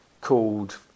called